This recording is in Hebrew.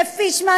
ופישמן,